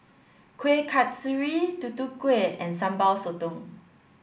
Kueh Kasturi Tutu Kueh and Sambal Sotong